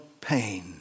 pain